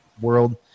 world